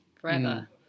forever